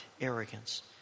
arrogance